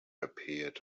appeared